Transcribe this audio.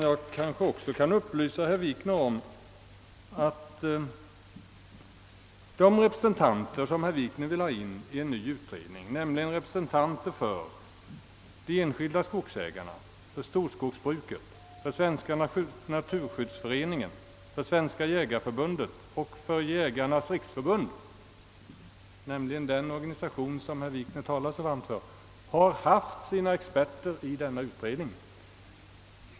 Jag kan också upplysa herr Wikner om att de instanser som han vill ha representerade i en ny utredning, nämligen de enskilda skogsägarna, storskogsbruket, Svenska naturskyddsföreningen, Svenska jägareförbundet och Jägarnas riksförbund — den organisation som herr Wikner talar så varmt för — har haft sina experter i 1949 års utredning.